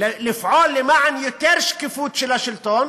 לפעול למען יותר שקיפות של השלטון,